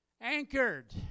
anchored